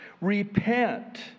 repent